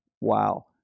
Wow